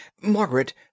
Margaret